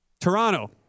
Toronto